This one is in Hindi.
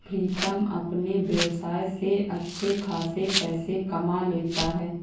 प्रीतम अपने व्यवसाय से अच्छे खासे पैसे कमा लेता है